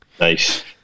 nice